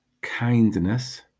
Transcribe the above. kindness